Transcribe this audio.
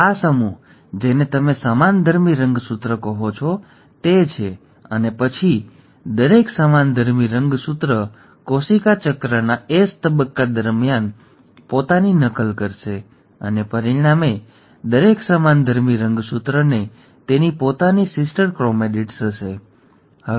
તેથી આ સમૂહ જેને તમે સમાનધર્મી રંગસૂત્ર કહો છો તે છે અને પછી દરેક સમાનધર્મી રંગસૂત્ર કોશિકા ચક્રના એસ તબક્કા દરમિયાન પોતાની નકલ કરશે અને પરિણામે દરેક સમાનધર્મી રંગસૂત્રને તેની પોતાની સિસ્ટર ક્રોમેટિડ્સ હશે